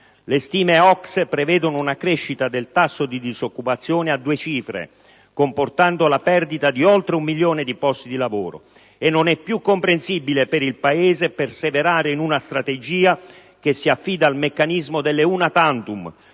Le stime OCSE prevedono una crescita del tasso di disoccupazione a due cifre, comportando la perdita di oltre 1 milione di posti di lavoro; non è più comprensibile, quindi, per il Paese perseverare in una strategia che si affida al meccanismo delle *una tantum*,